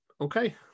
Okay